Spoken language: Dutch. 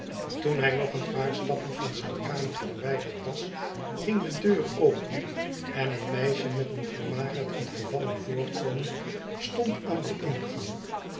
toen hij nog een paarstappen van zijn kamer verwijderd was ging de deur open en een meisje met een vermagerd en vervallen voorkomen stond aan den ingang